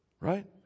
Right